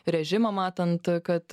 režimą matant kad